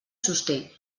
sosté